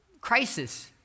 crisis